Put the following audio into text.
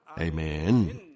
Amen